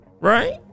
Right